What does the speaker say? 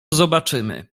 zobaczymy